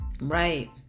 Right